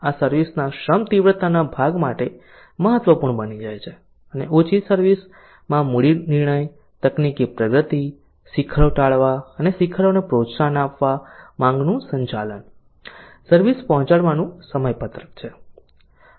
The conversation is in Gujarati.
આ સર્વિસ ના શ્રમ તીવ્રતા ભાગ માટે મહત્વપૂર્ણ બની જાય છે અને ઓછી સર્વિસ માં મૂડી નિર્ણય તકનીકી પ્રગતિ શિખરો ટાળવા અને શિખરોને પ્રોત્સાહન આપવા માંગનું સંચાલન સર્વિસ પહોંચાડવાનું સમયપત્રક છે